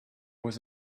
was